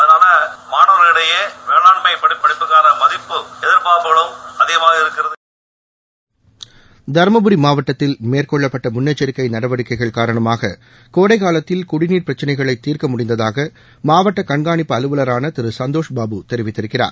அதனால மாணவர்களிடையே வேளாணர் படிப்புக்கான எதிர்ப்பார்ப்பு அதிகமாக இருக்கிறதப தருமபுரி மாவட்டத்தில் மேற்கொள்ளப்பட்ட முன்னெச்சிக்கை நடவடிக்கைகள் காரணமாக கோடை காலத்தில் குடிநீர் பிரச்சினைகளை தீர்க்க முடிந்ததாக மாவட்ட கண்காணிப்பு அலுவலரான திரு சந்தோஷ் பாபு தெரிவித்திருக்கிறார்